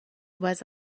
was